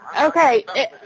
Okay